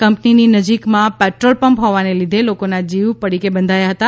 કંપનીની નજીકમા petrol pump હોવાને કારણે લોકોના જીવ પડીકે બંધાયા હતા